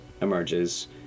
emerges